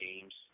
games